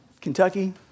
Kentucky